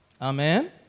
Amen